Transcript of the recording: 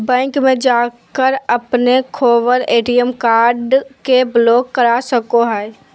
bank में जाकर अपने खोवल ए.टी.एम कार्ड के ब्लॉक करा सको हइ